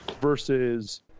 versus